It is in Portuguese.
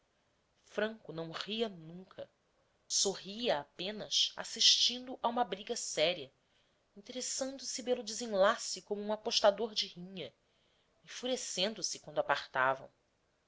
franco não ria nunca sorria apenas assistindo a uma briga séria interessando se pelo desenlace como um apostador de rinha enfurecendo se quando apartavam